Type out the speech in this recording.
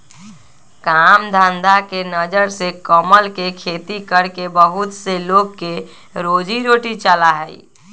काम धंधा के नजर से कमल के खेती करके बहुत से लोग के रोजी रोटी चला हई